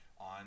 on